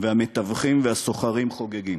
והמתווכים והסוחרים חוגגים.